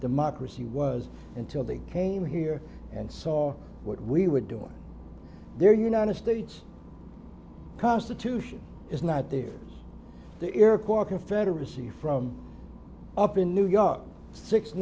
democracy was until they came here and saw what we were doing their united states constitution is not theirs the iroquois confederacy from up in new york six